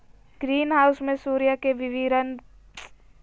green house में सूर्य के विकिरण पौधा मिट्टी द्वारा अवशोषित करके पोषण करई हई